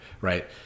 right